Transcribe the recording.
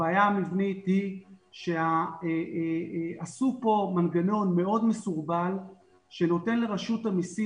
הבעיה המבנית היא שעשו פה מנגנון מאוד מסורבל שנותן לרשות המסים